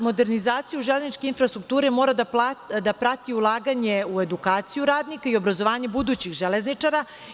Modernizaciju železničke infrastrukture mora da prati ulaganje u edukaciju radnika i obrazovanje budućih železničara.